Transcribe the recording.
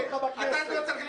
אתה לא צריך להיות בכנסת.